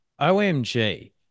OMG